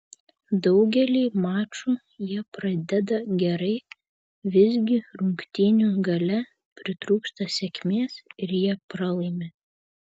daugelį mačų jie pradeda gerai visgi rungtynių gale pritrūksta sėkmės ir jie pralaimi